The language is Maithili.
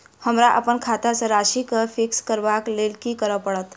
हमरा अप्पन खाता केँ राशि कऽ फिक्स करबाक लेल की करऽ पड़त?